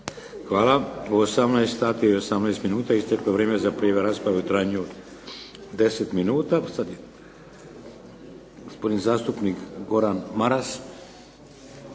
Hvala. U 18,18 sati isteklo je vrijeme za prijavu rasprave u trajanju 10 minuta. Gospodin zastupnik Gordan Maras.